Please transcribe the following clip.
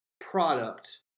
product